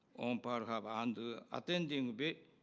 on pearl harbor and attending be